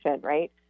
right